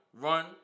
run